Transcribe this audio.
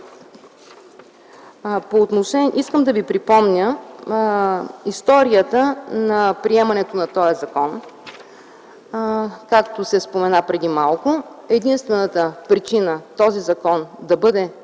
от промените. Искам да ви припомня историята на приемането на този закон. Както бе споменато преди малко, единствената причина този закон да бъде